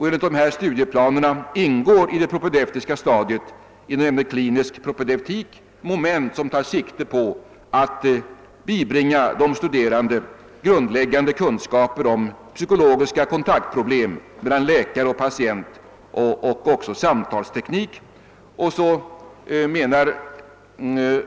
Enligt dessa studieplaner »ingår i det propedeutiska stadiet inom ämnet klinisk propedeutik moment som tar sikte på att bibringa de studerande grundläggande kunskaper om psykologiska kontaktproblem mellan läkare och patient samt samtalsteknik».